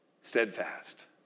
steadfast